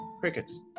crickets